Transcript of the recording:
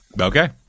Okay